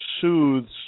soothes